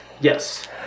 Yes